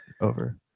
over